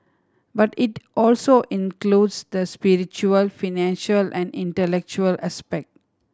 but it also includes the spiritual financial and intellectual aspect